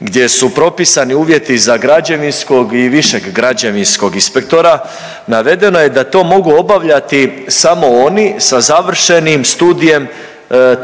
gdje su propisani uvjeti za građevinskog i višeg građevinskog inspektora, navedeno je da to mogu obavljati samo oni sa završenim studijem